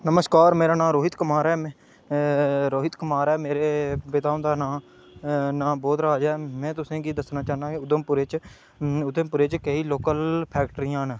नमस्कार मेरा नांऽ रोहित कुमार ऐ में रोहित कुमार ऐ मेरे पिता हुंदा नांऽ नां' बोध राज ऐ में तुसेंगी दस्सना चाह्न्नां कि उधमपुर बिच केईं लोकल फैक्टरियां न